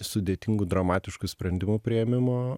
sudėtingų dramatiškų sprendimų priėmimo